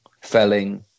felling